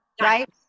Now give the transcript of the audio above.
Right